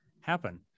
happen